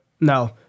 No